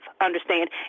Understand